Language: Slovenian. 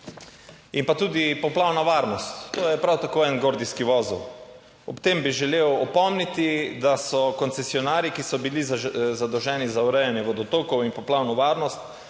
in pa tudi poplavna varnost, to je prav tako en gordijski vozel. Ob tem bi želel opomniti, da so koncesionarji, ki so bili zadolženi za urejanje vodotokov in poplavno varnost